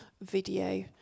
video